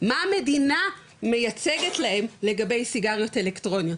מה המדינה מייצגת להם לגבי סיגריות אלקטרוניות